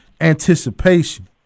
anticipation